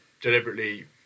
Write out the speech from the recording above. deliberately